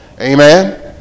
amen